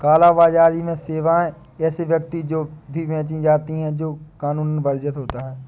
काला बाजारी में सेवाएं ऐसे व्यक्ति को भी बेची जाती है, जो कानूनन वर्जित होता हो